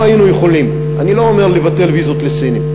אם היינו יכולים, אני לא אומר לבטל ויזות לסינים,